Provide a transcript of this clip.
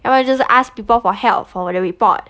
要不然就是 ask people for help for 我的 report